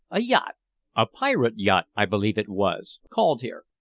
a yacht a pirate yacht, i believe it was called here.